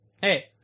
Hey